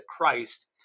Christ